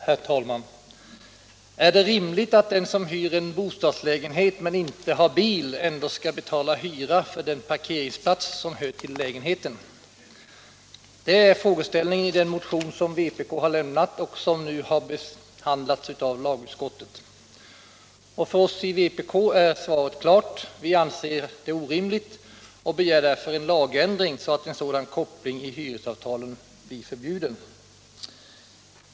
Herr talman! Är det rimligt att den som hyr en bostadslägenhet men inte har bil ändå skall betala hyra för den parkeringsplats som hör till lägenheten? Det är frågeställningen i en motion som vpk väckt och som nu har behandlats av lagutskottet. För oss i vpk är svaret klart. Vi anser detta orimligt och begär därför en lagändring så att en sådan koppling i hyresavtal blir förbjuden.